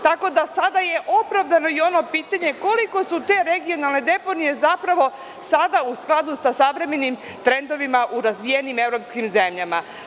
Tako da je sada opravdano i ono pitanje koliko su te regionalne deponije zapravo sada u skladu sa savremenim trendovima u razvijenim evropskim zemljama.